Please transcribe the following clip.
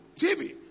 TV